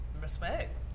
Respect